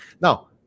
Now